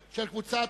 אברהם-בלילא,